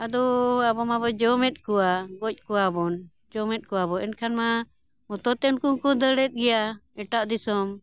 ᱟᱫᱚ ᱟᱵᱚ ᱢᱟᱵᱚ ᱡᱚᱢᱮᱫ ᱠᱚᱣᱟ ᱜᱚᱡ ᱠᱚᱣᱟᱵᱚᱱ ᱡᱚᱢᱮᱫ ᱠᱚᱣᱟ ᱵᱚ ᱮᱱᱠᱷᱟᱱ ᱢᱟ ᱢᱚᱛᱛᱮ ᱠᱚ ᱫᱟᱹᱲᱮᱫ ᱜᱮᱭᱟ ᱮᱴᱟᱜ ᱫᱤᱥᱚᱢ